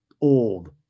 old